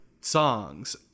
songs